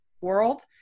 world